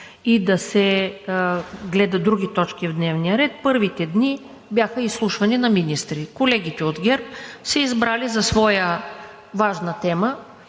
и да се гледат други точки в дневния ред, първите дни бяха изслушване на министри. Колегите от ГЕРБ са избрали за своя важна тема